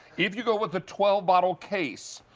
if you go with a twelve bottle case,